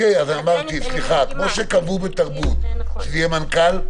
כמו שקבעו באירועי תרבות שיהיה מנכ"ל,